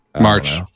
March